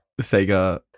Sega